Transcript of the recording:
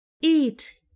Eat